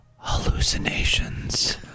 Hallucinations